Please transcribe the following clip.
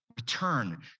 return